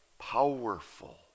powerful